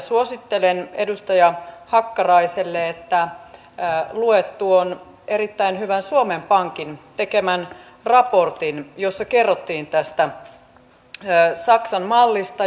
suosittelen edustaja hakkaraiselle että luet tuon erittäin hyvän suomen pankin tekemän raportin jossa kerrottiin tästä saksan mallista